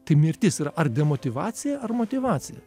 tai mirtis yra ar demotyvacija ar motyvacija